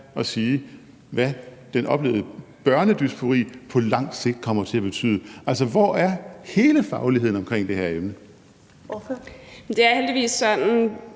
sige, hvad den oplevede kønsdysfori hos børn på lang sigt kommer til at betyde? Altså, hvor er hele fagligheden omkring det her emne? Kl. 19:31 Første næstformand